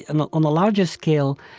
and on a larger scale,